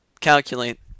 calculate